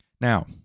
Now